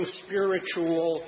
spiritual